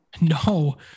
No